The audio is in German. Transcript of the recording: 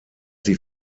sie